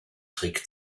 trick